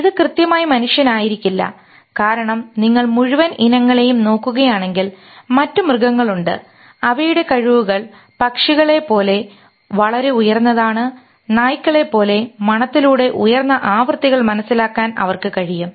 ഇത് കൃത്യമായി മനുഷ്യനായിരിക്കില്ല കാരണം നിങ്ങൾ മുഴുവൻ ഇനങ്ങളെയും നോക്കുകയാണെങ്കിൽ മറ്റ് മൃഗങ്ങളുമുണ്ട് അവയുടെ കഴിവുകൾ പക്ഷികളെപ്പോലെ വളരെ ഉയർന്നതാണ് നായ്ക്കളെപ്പോലെ മണത്തിലൂടെ ഉയർന്ന ആവൃത്തികൾ മനസ്സിലാക്കാൻ അവർക്ക് കഴിയും